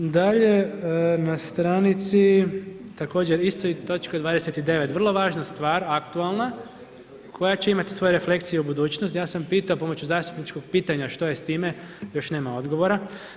Dalje na stranici također istoj, točka 29., vrlo važna stvar, aktualna, koja će imati svoje reflekcije u budućnost, ja sam pitao pomoću zastupničkog pitanja što je s time, još nema odgovora.